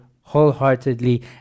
wholeheartedly